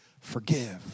Forgive